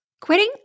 quitting